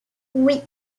oui